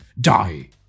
die